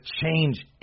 change